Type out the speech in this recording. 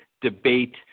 debate